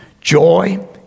Joy